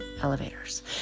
elevators